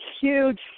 huge